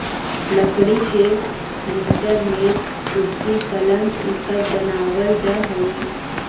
लकड़ी के फर्नीचर, मेज, कुर्सी, पलंग इ सब बनावल जा हई